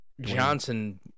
Johnson